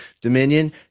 Dominion